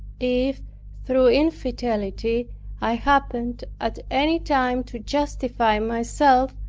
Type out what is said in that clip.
if through infidelity i happened at any time to justify myself,